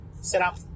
setup